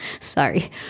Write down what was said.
Sorry